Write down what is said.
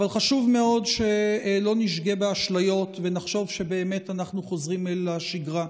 אבל חשוב מאוד שלא נשגה באשליות ונחשוב שבאמת אנחנו חוזרים לשגרה.